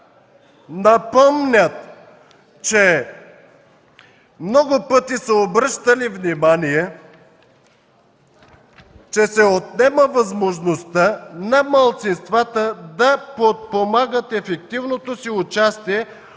напомнят, че много пъти са обръщали внимание, че се отнема възможността на малцинствата да подпомагат ефективното си участие